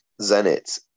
Zenit